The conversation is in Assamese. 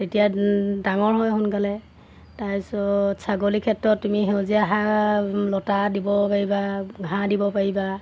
তেতিয়া ডাঙৰ হয় সোনকালে তাৰপিছত ছাগলীৰ ক্ষেত্ৰত তুমি সেউজীয়া হাঁহ লতা দিব পাৰিবা ঘাঁহ দিব পাৰিবা